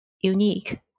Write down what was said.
unique